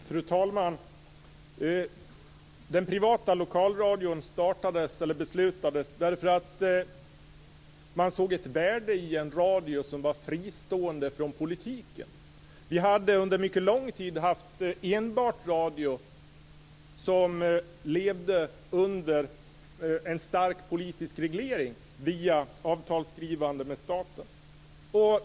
Fru talman! Den privata lokalradion startades för att man såg ett värde i en radio som var fristående från politiken. Under mycket lång tid hade det varit en radio som levde under en stark politisk reglering via avtal med staten.